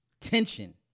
tension